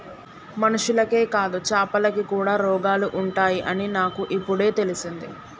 మనుషులకే కాదు చాపలకి కూడా రోగాలు ఉంటాయి అని నాకు ఇపుడే తెలిసింది